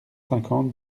cinquante